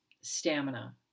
stamina